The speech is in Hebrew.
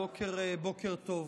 מה פתאום.